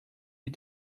you